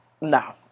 no